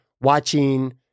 watching